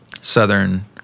southern